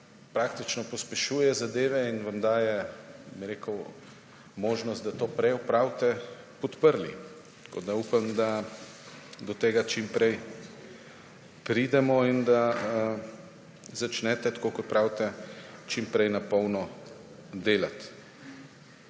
praktično pospešuje zadeve in vam daje možnost, da to prej opravite, podprli. Upam, da do tega čim prej pridemo in da začnete, tako kot pravite, čim prej na polno delati.